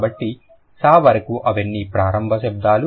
కాబట్టి sa వరకు అవన్నీ ప్రారంభ శబ్దాలు